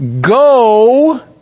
go